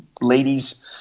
ladies